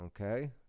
okay